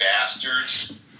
bastards